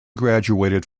graduated